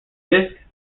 disk